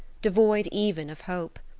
devoid even of hope.